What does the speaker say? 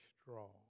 strong